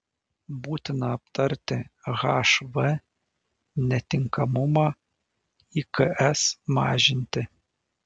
būtina aptarti hv netinkamumą iks mažinti